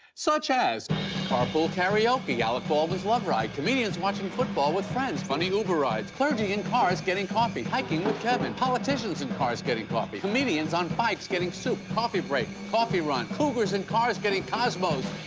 such as carpool karaoke, alec baldwin's love ride, comedians watching football with friends, funny uber rides, clergy in cars getting coffee, hiking with kevin, politicians in cars getting coffee, comedians on bikes getting soup, coffee break, coffee run, cougars in cars getting cosmos.